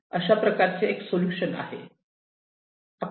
अशा प्रकारचे एक सोल्युशन आहे